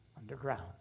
Underground